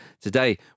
Today